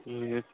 हूँ